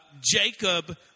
Jacob